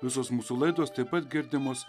visos mūsų laidos taip pat girdimos